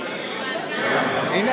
אני שואל אותך איך אתה מיישב, בצלאל, כלפי אלה,